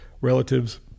relatives